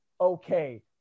okay